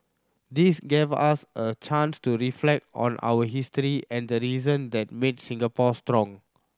this gave us a chance to reflect on our history and the reason that made Singapore strong